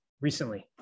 recently